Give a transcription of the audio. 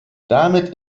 damit